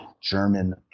German